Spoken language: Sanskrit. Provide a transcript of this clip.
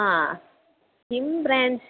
किं ब्रेञ्च्